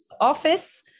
office